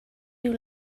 you